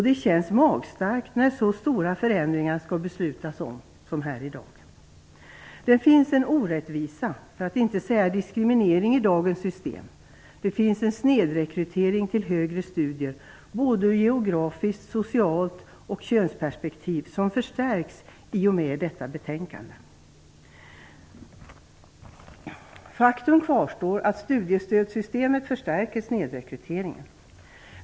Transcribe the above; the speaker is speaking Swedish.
Det känns magstarkt att besluta om så stora förändringar som de som skall beslutas här i dag. Det finns en orättvisa, för att inte säga en diskriminering, i dagens system. Det finns en snedrekrytering till högre studier, geografiskt, socialt och i könsperspektiv, som förstärks i och med att förslag i detta betänkande antas. Faktum kvarstår att studiestödssystemet förstärker snedrekryteringen.